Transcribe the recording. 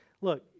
look